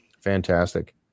Fantastic